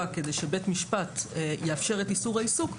כדי שבית משפט יאפשר את איסור העיסוק,